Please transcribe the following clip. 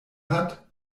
hat